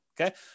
Okay